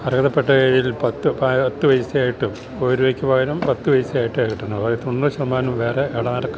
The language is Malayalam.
അർഹതപ്പെട്ട കൈകളിൽ പത്തു പൈസയായിട്ടും ഒരു രൂപയ്ക്കുപകരം പത്തു പൈസയായിട്ടാണു കിട്ടുന്നത് ബാക്കി തൊണ്ണൂറു ശതമാനം വേറെ എടനിലക്കാര്